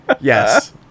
Yes